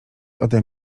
ode